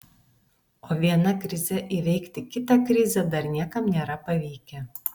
o viena krize įveikti kitą krizę dar niekam nėra pavykę